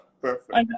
perfect